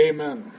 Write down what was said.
Amen